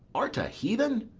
art a heathen?